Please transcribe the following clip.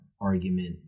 argument